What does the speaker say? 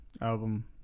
album